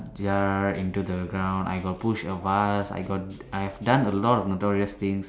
jar into the ground I got push a vase I got I have done a lot of notorious things